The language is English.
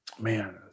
man